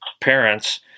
parents